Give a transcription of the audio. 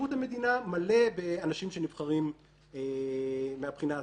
ושירות המדינה מלא באנשים שנבחרים מהבחינה הזאת.